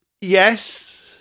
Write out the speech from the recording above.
yes